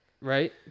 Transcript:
Right